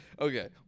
Okay